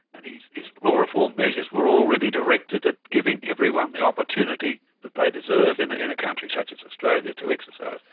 and his law reform measures were already directed at giving everyone the opportunity that they deserve in in a country such as australia to exercise.